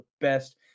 best